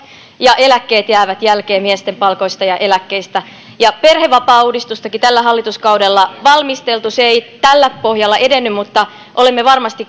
ja eläkkeet jäävät jälkeen miesten palkoista ja eläkkeistä perhevapaauudistustakin on tällä hallituskaudella valmisteltu se ei tällä pohjalla edennyt mutta olemme varmasti